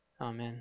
Amen